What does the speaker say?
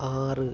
ആറ്